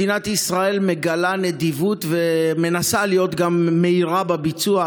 מדינת ישראל מגלה נדיבות ומנסה להיות גם מהירה בביצוע.